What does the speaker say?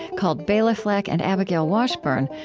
called bela fleck and abigail washburn,